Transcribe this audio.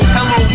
Hello